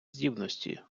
здібності